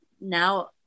now